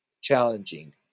challenging